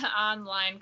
Online